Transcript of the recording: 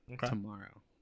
tomorrow